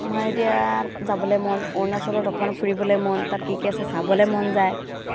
মায়'দিয়াত যাবলৈ মন অৰুণাচলত অকণমান ফুৰিবলৈ মন তাত কি কি আছে চাবলৈ মন যায়